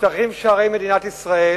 נפתחים שערי מדינת ישראל.